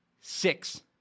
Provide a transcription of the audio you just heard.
Six